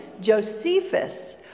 Josephus